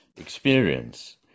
experience